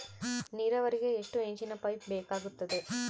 ನೇರಾವರಿಗೆ ಎಷ್ಟು ಇಂಚಿನ ಪೈಪ್ ಬೇಕಾಗುತ್ತದೆ?